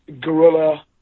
guerrilla